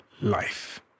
life